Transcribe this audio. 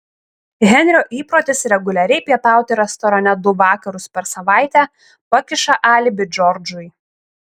henrio įprotis reguliariai pietauti restorane du vakarus per savaitę pakiša alibi džordžui